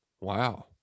Wow